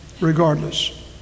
regardless